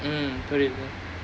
mm புரியுது:puriyuthu